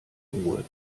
ruhe